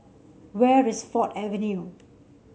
where is Ford Avenue